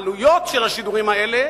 העלויות של השידורים האלה,